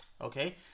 Okay